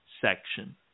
section